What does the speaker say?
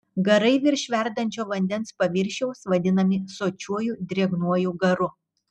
garai virš verdančio vandens paviršiaus vadinami sočiuoju drėgnuoju garu